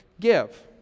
give